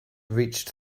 reached